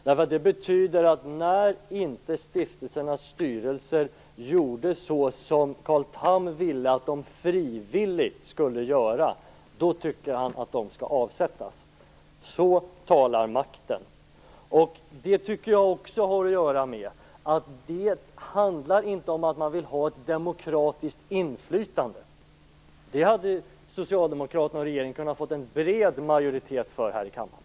Det betyder nämligen att Carl Tham tyckte att stiftelsernas styrelser skulle avsättas när de inte gjorde så som han ville att de frivilligt skulle göra. Så talar makten. Detta handlar inte om att man vill ha ett demokratiskt inflytande. Det hade Socialdemokraterna och regeringen kunnat få en bred majoritet för här i kammaren.